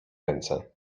ręce